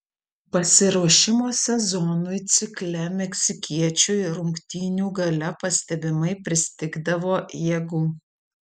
pasiruošimo sezonui cikle meksikiečiui rungtynių gale pastebimai pristigdavo jėgų